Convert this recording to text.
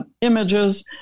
Images